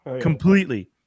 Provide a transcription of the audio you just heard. completely